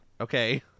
Okay